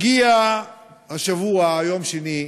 הגיע השבוע, יום שני,